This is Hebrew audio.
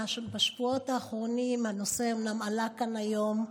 בשבועות האחרונים, הנושא אומנם עלה כאן היום,